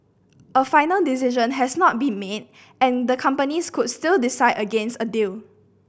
a final decision has not been made and the companies could still decide against a deal